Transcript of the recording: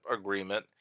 agreement